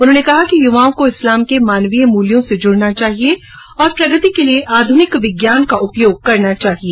उन्होंने कहा कि युवाओं को इस्लाम के मानवीय मूल्यों से जुड़ना चाहिए और प्रगति के लिए आधुनिक विज्ञान का उपयोग करना चाहिए